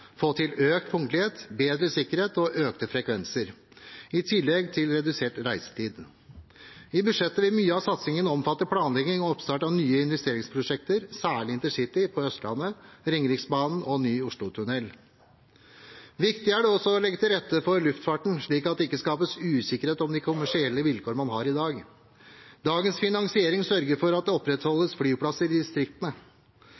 få til økt punktlighet, bedre sikkerhet og økte frekvenser i tillegg til redusert reisetid. I budsjettet vil mye av satsingen omfatte planlegging og oppstart av nye investeringsprosjekter, særlig InterCity på Østlandet, Ringeriksbanen og ny Oslo-tunnel. Viktig er det også å legge til rette for luftfarten, slik at det ikke skapes usikkerhet om de kommersielle vilkårene man har i dag. Dagens finansiering sørger for at det